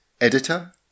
editor